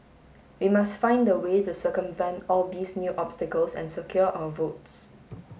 we must find the way the circumvent all these new obstacles and secure our votes